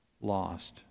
lost